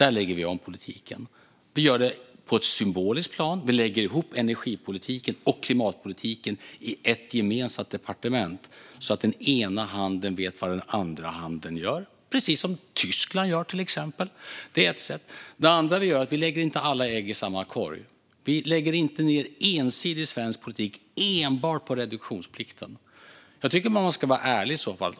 Där lägger vi om politiken. Vi gör det på ett symboliskt plan. Vi lägger ihop energipolitiken och klimatpolitiken i ett gemensamt departement, precis som i exempelvis Tyskland, så att den ena handen vet vad den andra handen gör. Det är ett sätt. Det andra är att vi inte lägger alla ägg i samma korg. Vi inriktar inte svensk politik enbart på reduktionsplikten. Om man gör det tycker jag att man ska vara ärlig.